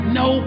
no